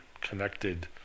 connected